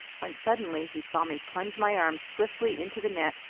when suddenly he saw me plunge my arms swiftly into the net,